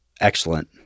excellent